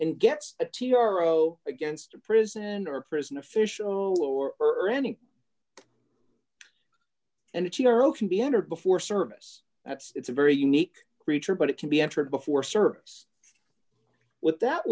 and gets a t r o against a prison or prison official or ernie and it can be entered before service that's it's a very unique creature but it can be entered before service what that